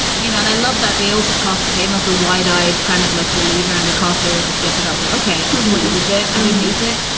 you know, and i love that they also cast him as a wide eyed, kind of like believer in the courser. as a skeptic. i was. like okay, i see what you did there i didn't hate it,